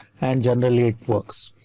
and generally it works.